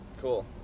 Cool